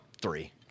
three